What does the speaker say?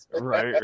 right